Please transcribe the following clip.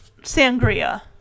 sangria